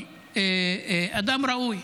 אדם ראוי.